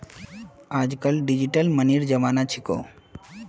आजकल डिजिटल मनीर जमाना छिको